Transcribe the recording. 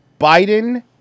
Biden